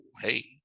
hey